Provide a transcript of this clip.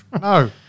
No